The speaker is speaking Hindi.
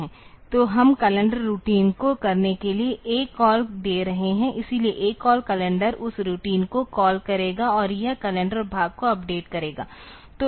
तो हम कैलेंडर रूटीन को करने के लिए ACALL दे रहे हैं इसलिए ACALL कैलेंडर उस रूटीन को कॉल करेगा और यह कैलेंडर भाग को अपडेट करेगा